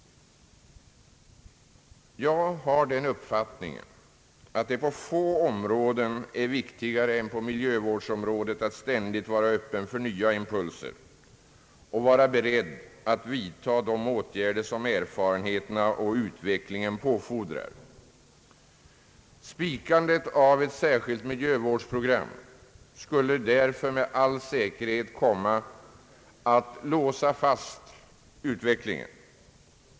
Jag har den uppfattningen att det på få områden är viktigare än på miljövårdsområdet att ständigt vara öppen för nya impulser och vara beredd att vidta de åtgärder som erfarenheten och utvecklingen påfordrar. Spikandet av ett särskilt miljövårdsprogram skulle därför med säkerhet komma att låsa fast utvecklingen.